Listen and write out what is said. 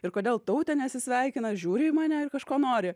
ir kodėl tautė nesisveikina žiūri į mane ir kažko nori